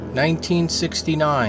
1969